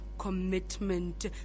Commitment